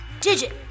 Digit